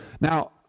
Now